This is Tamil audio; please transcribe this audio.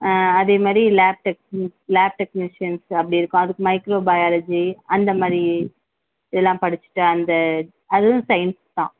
அதே மாதிரி லேப் டெக்னீசியன் லேப் டெக்னீசியன் அப்படி இருக்கும் அதுக்கு மைக்ரோ பயாலஜி அந்த மாதிரி இதெல்லாம் படிச்சிவிட்டு அந்த அதுவும் சயின்ஸ் தான்